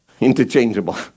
interchangeable